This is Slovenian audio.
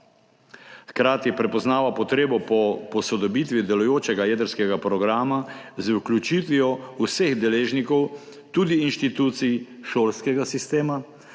Hkrati prepoznava potrebo po posodobitvi delujočega jedrskega programa z vključitvijo vseh deležnikov, tudi inštitucij, šolskega sistema,